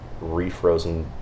refrozen